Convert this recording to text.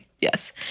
yes